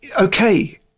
okay